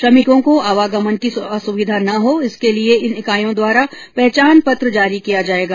श्रमिकों को आवागमन की असुविधा न हो इसके लिए इन इकाईयों द्वारा पहचान पत्र जारी किया जाएगा